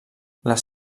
les